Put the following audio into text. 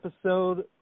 episode